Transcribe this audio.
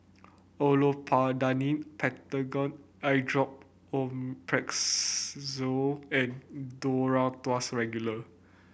Olopatadine Patanol Eyedrop and Duro Tuss Regular